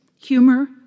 humor